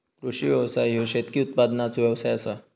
कृषी व्यवसाय ह्यो शेतकी उत्पादनाचो व्यवसाय आसा